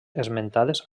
esmentades